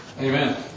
Amen